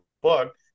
book